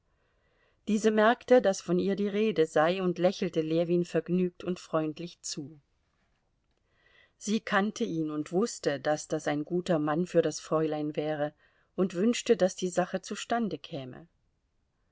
diese merkte daß von ihr die rede sei und lächelte ljewin vergnügt und freundlich zu sie kannte ihn und wußte daß das ein guter mann für das fräulein wäre und wünschte daß die sache zustande käme